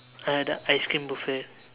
I had a ice cream buffet